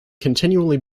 continually